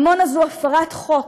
עמונה זו הפרת חוק,